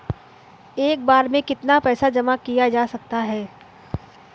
एक बार में कितना पैसा जमा किया जा सकता है?